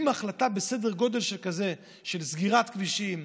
החלטה בסדר גודל שכזה של סגירת כבישים,